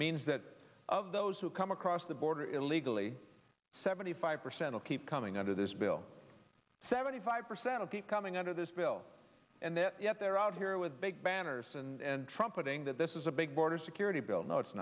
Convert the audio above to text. means that of those who come across the border illegally seventy five percent of keep coming out of this bill seventy five percent of the coming under this bill and that yet they're out here with big banners and trumpeting that this is a big border security bill no it's